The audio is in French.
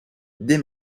des